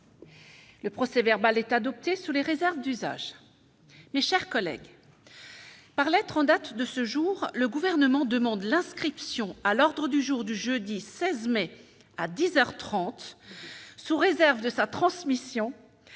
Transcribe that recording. Le procès verbal est adoptée sur les réserves d'usage, mes chers collègues, par lettre en date de ce jour, le gouvernement demande l'inscription à l'ordre du jour du jeudi 16 mai à 10 heures 30 sous réserve de sa transmission